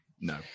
No